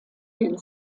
den